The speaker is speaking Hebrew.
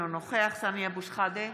אינו נוכח סמי אבו שחאדה,